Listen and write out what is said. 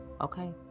okay